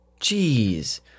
Jeez